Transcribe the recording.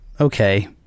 Okay